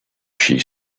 she